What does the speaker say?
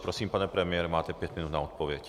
Prosím, pane premiére, máte pět minut na odpověď.